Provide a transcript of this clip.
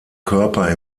körper